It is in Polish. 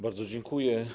Bardzo dziękuję.